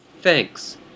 Thanks